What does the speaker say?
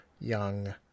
young